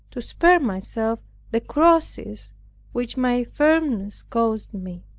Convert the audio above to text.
to spare myself the crosses which my firmness caused me.